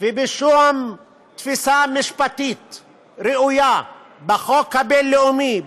ובשום תפיסה משפטית ראויה בחוק הבין-לאומי,